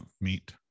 meet